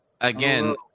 again